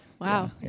Wow